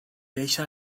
eisiau